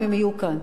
אם הם יהיו כאן.